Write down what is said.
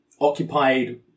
occupied